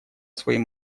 своим